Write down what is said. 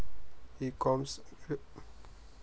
ecommerce व्यवसायातील ग्राहकांना सेवा प्रदान करते